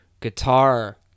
guitar